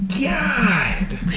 God